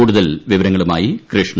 കൂടുതൽ വിവരങ്ങളുമായി കൃഷ്ണ